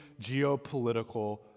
geopolitical